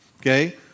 okay